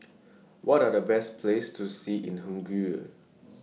What Are The Best Places to See in Hungary